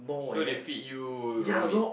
sure they feed you raw meat